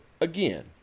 again